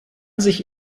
sich